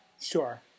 sure